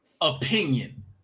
opinion